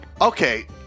Okay